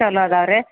ಚೊಲೋ ಇದಾವೆ ರೀ